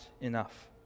enough